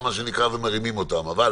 אוקיי,